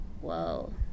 Whoa